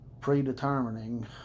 predetermining